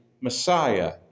Messiah